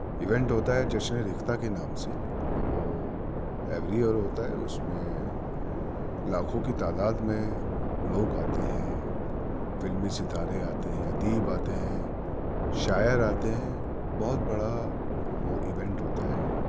event ہوتا ہے جشن ریختہ کے نام سے وہ ایوری ایئر ہوتا ہے اس میں لاکھوں کی تعداد میں لوگ آتے ہیں فلمی ستارے آتے ہیں ادیب آتے ہیں شاعر آتے ہیں بہت بڑا وہ ایونٹ ہوتا ہے